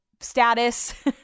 Status